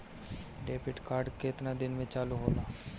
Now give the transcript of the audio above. Debit card केतना दिन में चालु होला?